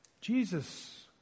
Jesus